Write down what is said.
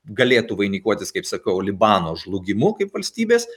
galėtų vainikuotis kaip sakau libano žlugimu kaip valstybės